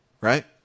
right